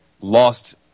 lost